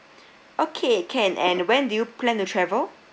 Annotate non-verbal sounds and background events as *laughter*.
*breath* okay can and when do you plan to travel